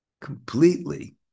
completely